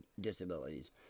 disabilities